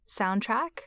soundtrack